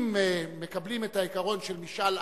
אם מקבלים את העיקרון של משאל עם,